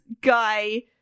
guy